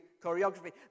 choreography